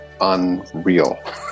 unreal